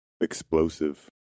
explosive